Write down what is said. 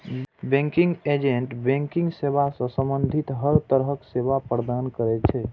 banking agent banking सेवा सं संबंधित हर तरहक सेवा प्रदान करै छै